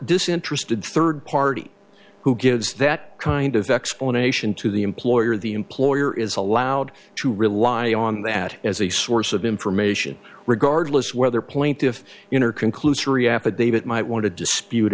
disinterested third party who gives that kind of explanation to the employer the employer is allowed to rely on that as a source of information regardless whether plaintiff in her conclusory affidavit might want to dispute